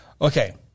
okay